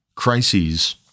crises